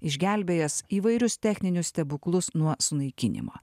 išgelbėjęs įvairius techninius stebuklus nuo sunaikinimo